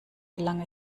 gelang